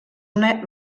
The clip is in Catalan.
una